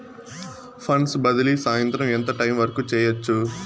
funds బదిలీ సాయంత్రం ఎంత టైము వరకు చేయొచ్చు